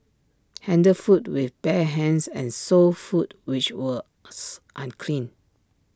handled food with bare hands and sold food which was unclean